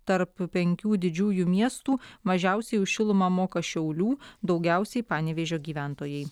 tarp penkių didžiųjų miestų mažiausiai už šilumą moka šiaulių daugiausiai panevėžio gyventojai